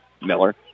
Miller